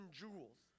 jewels